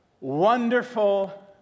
wonderful